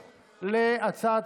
התמכרויות זו מחלה,